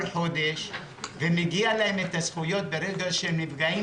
חודש ומגיעות להם הזכויות כאשר הם נפגעים.